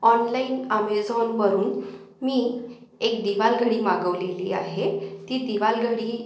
online आमेझॉनवरून मी एक दीवाल घडी मागवलेली आहे ती दीवाल घडी